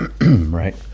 right